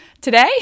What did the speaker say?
today